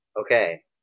Okay